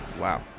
Wow